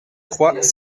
trois